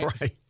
right